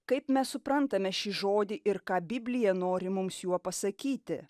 kaip mes suprantame šį žodį ir ką biblija nori mums juo pasakyti